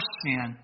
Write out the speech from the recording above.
sin